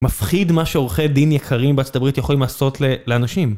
מפחיד מה שעורכי דין יקרים בארה״ב יכולים לעשות לאנשים.